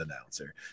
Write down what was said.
announcer